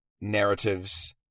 narratives